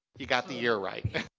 you got the year right.